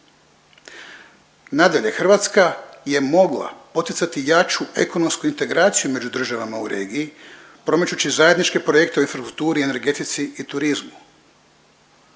Nadalje, Hrvatska je mogla poticati jaču ekonomsku integraciju među državama u regiji promičući zajedničke projekte u infrastrukturi i energetici i turizmu.